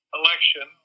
election